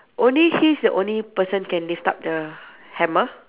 only he's the only person can lift up the hammer